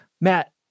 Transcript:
Matt